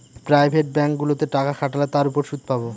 private ব্যাঙ্কগুলোতে টাকা খাটালে তার উপর সুদ পাবো